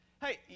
Hey